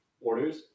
orders